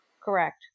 Correct